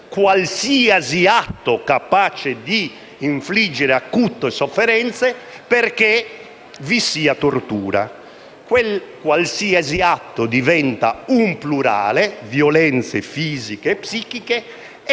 «qualsiasi atto» capace di infliggere acute sofferenze perché vi sia tortura. Quel «qualsiasi atto» diventa un plurale («violenze fisiche e psichiche»)